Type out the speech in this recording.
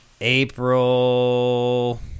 April